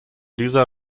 dieser